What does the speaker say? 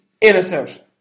interception